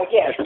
Yes